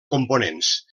components